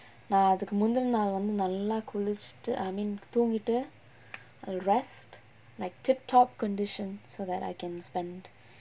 நா அதுக்கு முந்தன நாள் வந்து நல்லா குளுச்சுட்டு:naa athukku munthana naal vanthu nallaa kulichuttu I mean தூங்கிட்டு:thoongittu I'll rest like tip top condition so that I can spend